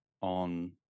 on